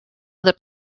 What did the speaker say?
other